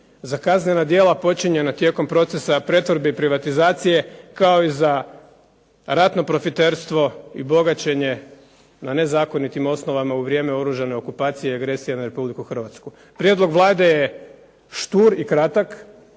za kaznena djela počinjena tijekom procesa pretvorbe i privatizacije kao i za ratno profiterstvo i bogaćenje na nezakonitim osnovama u vrijeme oružane agresije na Republiku Hrvatsku. Prijedlog Vlade je štur i kratak,